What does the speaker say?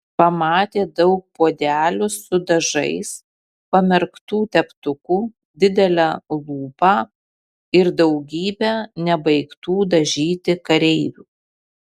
pamatė daug puodelių su dažais pamerktų teptukų didelę lupą ir daugybę nebaigtų dažyti kareivių